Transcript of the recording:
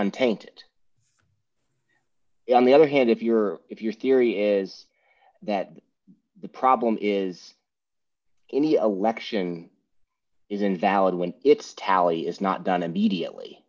untainted on the other hand if your if your theory is that the problem is any alexion is invalid when it's tally is not done immediately